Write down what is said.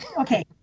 okay